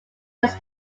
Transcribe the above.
less